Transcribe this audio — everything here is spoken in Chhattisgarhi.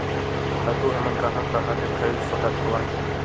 खातु हमन कहां कहा ले खरीद सकत हवन?